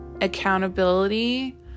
accountability